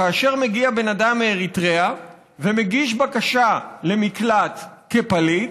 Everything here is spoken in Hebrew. כאשר מגיע בן אדם מאריתריאה ומגיש בקשת מקלט כפליט,